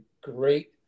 great